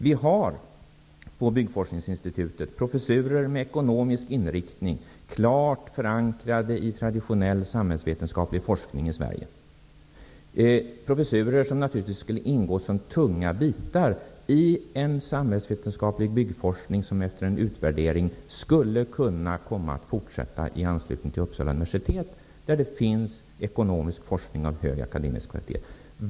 Vi har på Byggforskningsinstitutet professurer med ekonomisk inriktning, klart förankrade i traditionell samhällsvetenskaplig forskning i Sverige. Det är professurer som naturligtvis skulle ingå som tunga bitar i en samhällsvetenskaplig byggforskning, som efter en utvärdering skulle kunna komma att fortsätta i anslutning till Uppsala universitet, där det finns ekonomisk forskning av hög akademisk kvalitet.